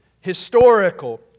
historical